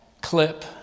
clip